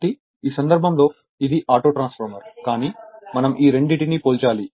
కాబట్టి ఈ సందర్భంలో ఇది ఆటో ట్రాన్స్ఫార్మర్ కానీ మనం ఈ రెండింటినీ పోల్చాలి